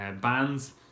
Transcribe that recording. Bands